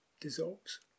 dissolves